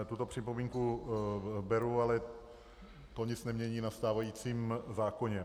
Tuto připomínku beru, ale to nic nemění na stávajícím zákoně.